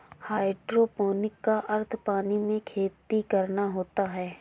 hydroponic का अर्थ पानी में खेती करना होता है